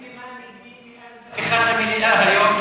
יש מזימה נגדי מאז פתיחת המליאה היום,